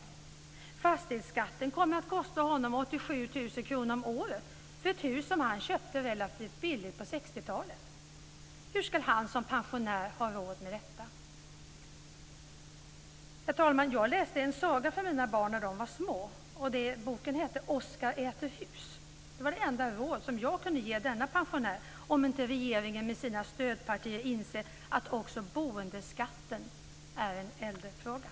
Fastighetsskatten kommer att kosta honom 87 000 kr om året för ett hus som han köpte relativt billigt på 60-talet. Hur ska han som pensionär ha råd med detta? Herr talman! Jag läste en saga för mina barn när de var små som hette Oscar äter hus. Det var det enda råd som jag kunde ge denna pensionär om inte regeringen med sina stödpartier inser att också boendeskatten är en äldrefråga.